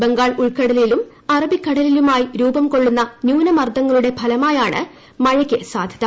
ബംഗാൾ ഉൾക്കടലിലും അറ്റബിക്കടലിലുമായി രൂപം കൊള്ളുന്ന ന്യൂനമർദ്ദങ്ങളുടെ ഫ്ലിമായാണ് മഴയ്ക്ക് സാധ്യത